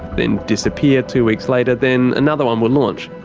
then disappear two weeks later, then another one will launch.